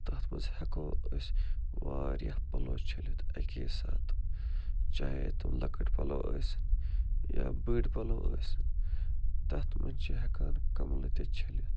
تَتھ منٛز ہیٚکو أسۍ وارِیاہ پَلو چھٔلِتھ اکے ساتہٕ چاہیے تِم لَکٕتۍ پَلو ٲسِنۍ یا بٔڑ ٲسِنۍ تَتھ منٛز چھِ ہیٚکان کملہٕ تہِ چھٔلِتھ